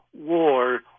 war